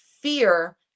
fear